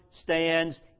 stands